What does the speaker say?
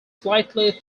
slightly